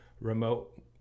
remote